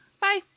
Bye